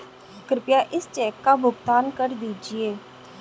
कृपया इस चेक का भुगतान कर दीजिए